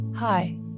Hi